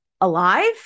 alive